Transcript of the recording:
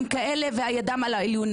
והעובדים הזרים הם כאלה וידם על העליונה.